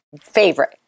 favorite